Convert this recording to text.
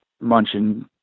munching